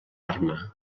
arma